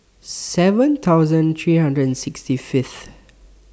seven thousand three hundred and sixty Fifth